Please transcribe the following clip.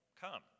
Come